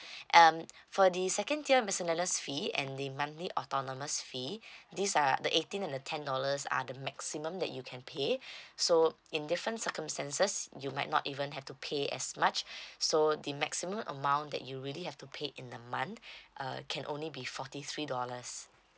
um for the second tier miscellaneous fee and the monthly autonomous fee these are the eighteen and the ten dollars are the maximum that you can pay so in different circumstances you might not even have to pay as much so the maximum amount that you really have to pay in a month uh can only be forty three dollars